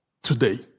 Today